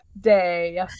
day